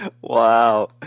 Wow